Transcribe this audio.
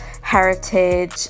heritage